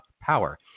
power